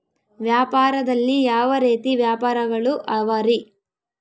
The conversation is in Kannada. ವ್ಯಾಪಾರದಲ್ಲಿ ಯಾವ ರೇತಿ ವ್ಯಾಪಾರಗಳು ಅವರಿ?